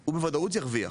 הוא בוודאות ירוויח.